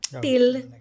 till